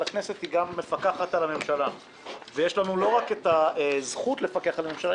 הכנסת היא גם מפקחת על הממשלה ויש לנו לא רק את הזכות לפקח על הממשלה,